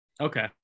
Okay